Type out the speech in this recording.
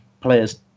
players